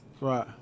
Right